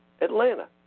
Atlanta